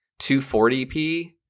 240p